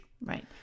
Right